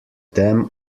them